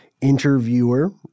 interviewer